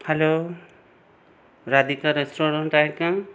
hello Radhika restaurant आहे का